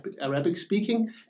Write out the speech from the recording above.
Arabic-speaking